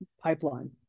pipeline